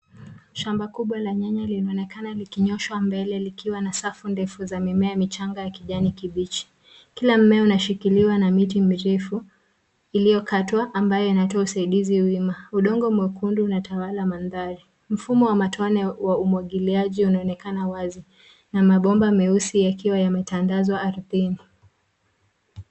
Shamba kubwa la nyanya linaonekana likinyoshwa mbele likiwa safu ndefu za mimea michanga ya kijani kibichi. Kila mimea unashikiliwa na miti mirefu iliokatwa ambaye unatoa usaidizi wima. Udongo mwekundu inatawala mandari. Mzumo wa matone wa umwagiliaji unaonekana wazi na mapomba meusi yakiwa yametandaswa aridhini.